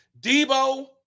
Debo